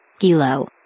Gilo